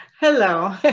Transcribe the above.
Hello